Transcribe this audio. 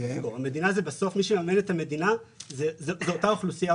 מי שמממן את המדינה, בסוף זאת אותה אוכלוסייה.